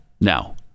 now